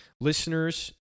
listeners